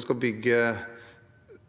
skal bygge.